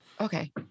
Okay